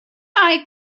mae